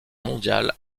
mondiale